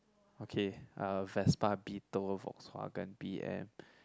okay uh Vespa Beetle Volkswagen b_m